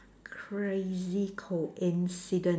crazy coincident